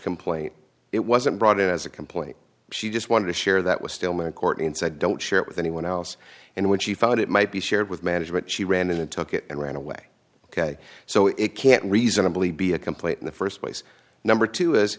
complaint it wasn't brought in as a complaint she just wanted to share that was still mccourt and said don't share it with anyone else and when she found it might be shared with management she ran and took it and ran away ok so it can't reasonably be a complaint in the st place number two